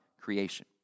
creation